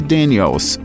Daniels